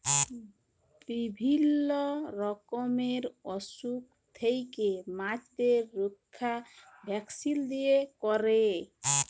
বিভিল্য রকমের অসুখ থেক্যে মাছদের রক্ষা ভ্যাকসিল দিয়ে ক্যরে